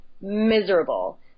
miserable